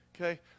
okay